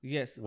Yes